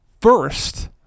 first